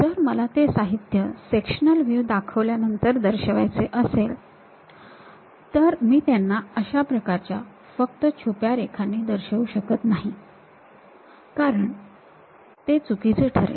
जर मला ते साहित्य सेक्शनल व्ह्यू दाखवल्यानंतर दर्शवायचे असेल तर मी त्यांना अशा प्रकारच्या फक्त छुप्या रेघांनी दर्शवू शकत नाही कारण ते चुकीचे ठरेल